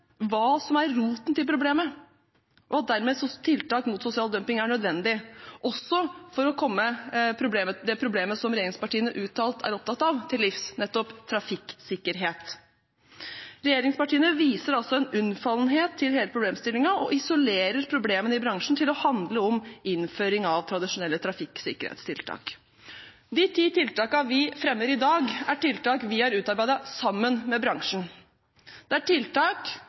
hva som er roten til problemet, og dermed at tiltak mot sosial dumping er nødvendig, også for å komme det problemet som regjeringspartiene uttalt er opptatt av, til livs, nettopp trafikksikkerhet. Regjeringspartiene viser altså en unnfallenhet til hele problemstillingen og isolerer problemene i bransjen til å handle om innføring av tradisjonelle trafikksikkerhetstiltak. De ti tiltakene vi fremmer i dag, er tiltak vi har utarbeidet sammen med bransjen. Det er tiltak